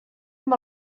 amb